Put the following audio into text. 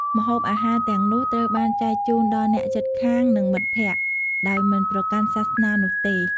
ម្ហូបអាហារទាំងនោះត្រូវបានចែកជូនដល់ អ្នកជិតខាង និងមិត្តភក្តិ ដោយមិនប្រកាន់សាសនានោះទេ។